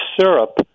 syrup